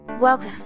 Welcome